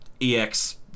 EX